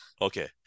Okay